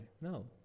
No